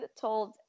told